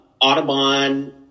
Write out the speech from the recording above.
Audubon